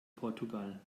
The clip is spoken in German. portugal